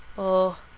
o